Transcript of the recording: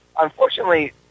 Unfortunately